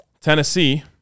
Tennessee